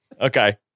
Okay